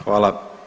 Hvala.